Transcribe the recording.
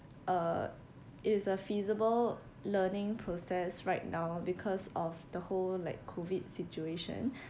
uh it's a feasible learning process right now because of the whole like COVID situation